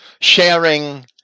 sharing